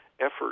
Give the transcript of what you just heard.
effort